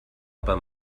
aber